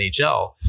NHL